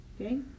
Okay